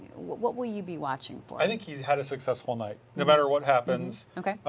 what what will you be watching for? i think he has had a successful night no matter what happens. okay.